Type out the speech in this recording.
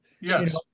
Yes